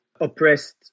oppressed